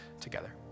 together